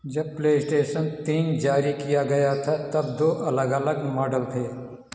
जब प्लेस्टेशन तीन जारी किया गया था तब दो अलग अलग मॉडल थे